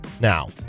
now